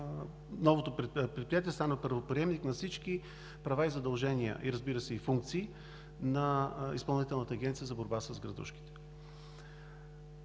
новото предприятие става правоприемник на всички права и задължения, разбира се, и функции на Изпълнителната агенция „Борба с градушките“.